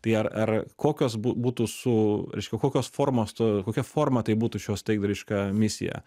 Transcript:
tai ar ar kokios bū būtų su reiškia kokios formos to kokia forma tai būtų šios taikdariška misija